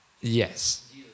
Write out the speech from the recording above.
yes